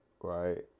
right